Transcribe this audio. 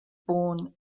born